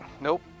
Nope